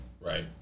Right